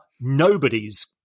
nobody's